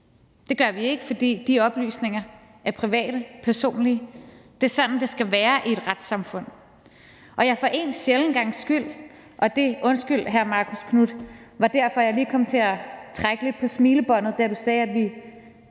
Det gør vi ikke, fordi de oplysninger er private, personlige. Det er sådan, det skal være i et retssamfund. Undskyld, hr. Marcus Knuth, jeg kom lige til at trække lidt på smilebåndet, da du sagde, at vi